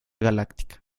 galáctica